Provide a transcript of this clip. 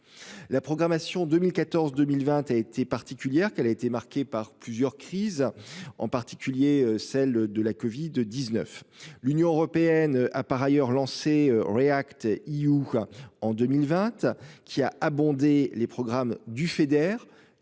La programmation 2014 2020 a été particulière qu'elle a été marqué par plusieurs crises, en particulier celle de la Covid 19. L'Union européenne a par ailleurs lancé React You. En 2020, qui a abondé les programmes du Feder